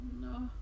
No